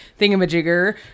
thingamajigger